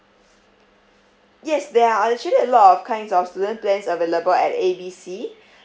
yes there are actually a lot of kinds of student plans available at A B C